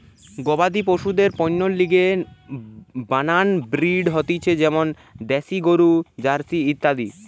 গবাদি পশুদের পণ্যের লিগে নানান ব্রিড হতিছে যেমন দ্যাশি গরু, জার্সি ইত্যাদি